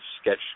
sketch